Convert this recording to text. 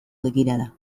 begirada